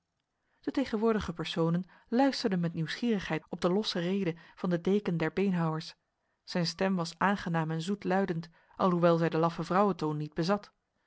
de tegenwoordige personen luisterden met nieuwsgierigheid op de losse rede van de deken der beenhouwers zijn stem was aangenaam en zoetluidend alhoewel zij de laffe vrouwentoon niet bezat